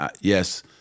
yes